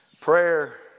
Prayer